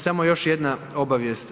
Samo još jedna obavijest.